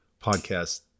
podcast